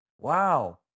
Wow